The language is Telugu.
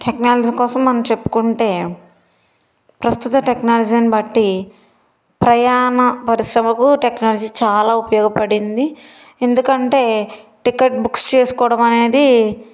టెక్నాలజి కోసం మనం చెప్పుకుంటే ప్రస్తుత టెక్నాలజినీ బట్టి ప్రయాణ పరిశ్రమకు టెక్నాలజి చాలా ఉపయోగపడింది ఎందుకంటే టికెట్ బుక్స్ చేసుకోవడం అనేది